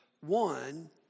One